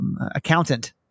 accountant